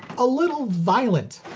a little violent.